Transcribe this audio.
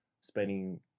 spending